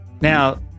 now